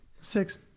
Six